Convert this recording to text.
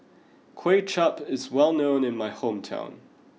Kuay Chap is well known in my hometown